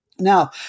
Now